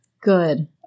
Good